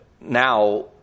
now